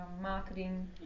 marketing